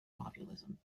populism